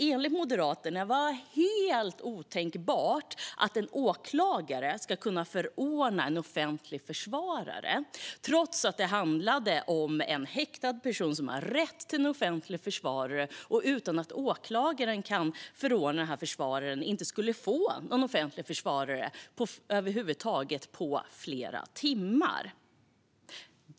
Enligt Moderaterna var det helt otänkbart att en åklagare skulle kunna förordna en offentlig försvarare, trots att det handlade om en häktad person som har rätt till en offentlig försvarare, och att om åklagaren inte kunde förordna en försvarare skulle den häktade över huvud taget inte få en offentlig försvarare på flera timmar.